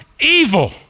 evil